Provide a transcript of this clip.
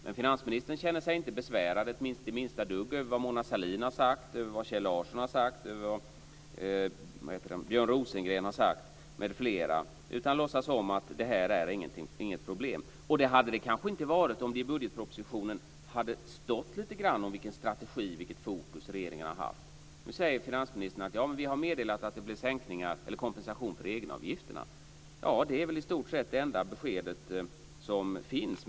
Men finansministern känner sig inte det minsta dugg besvärad över vad Mona Sahlin har sagt, över vad Kjell Larsson har sagt och över vad Björn Rosengren har sagt, m.fl., utan låtsas som att det inte är något problem. Det kanske det inte hade varit om det i budgetpropositionen hade stått lite grann om vilken strategi och vilket fokus regeringen har haft. Nu säger finansministern att man har meddelat att det blir sänkningar eller kompensation för egenavgifterna. Ja, det är i stort sett det enda besked som finns.